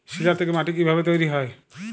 শিলা থেকে মাটি কিভাবে তৈরী হয়?